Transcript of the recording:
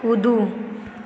कूदू